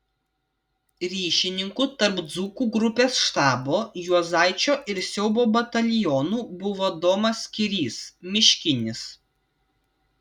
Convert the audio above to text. ryšininku tarp dzūkų grupės štabo juozaičio ir siaubo batalionų buvo domas kirys miškinis